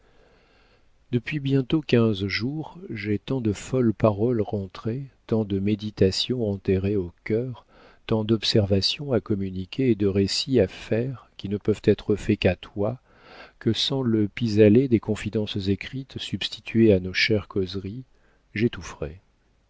depuis bientôt quinze jours j'ai tant de folles paroles rentrées tant de méditations enterrées au cœur tant d'observations à communiquer et de récits à faire qui ne peuvent être faits qu'à toi que sans le pis-aller des confidences écrites substituées à nos chères causeries j'étoufferais